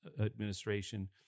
administration